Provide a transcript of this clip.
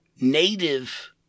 native